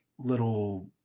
Little